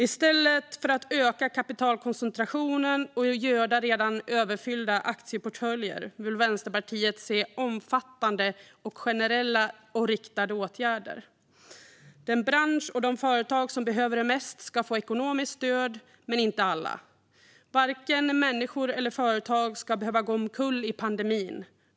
I stället för att öka kapitalkoncentrationen och göda redan överfyllda aktieportföljer vill Vänsterpartiet se omfattande, generella och riktade åtgärder. Den bransch och de företag som behöver dem mest ska få ekonomiskt stöd - men inte alla. Varken människor eller företag ska behöva gå omkull i pandemin.